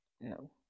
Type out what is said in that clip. no